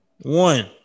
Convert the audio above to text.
One